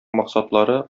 максатлары